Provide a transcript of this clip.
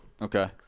Okay